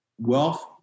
wealth